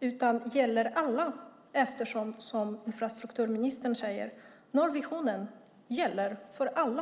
utan gäller alla, eftersom, precis som infrastrukturministern säger, nollvisionen gäller alla.